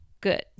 good